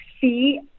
see